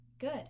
good